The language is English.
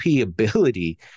ability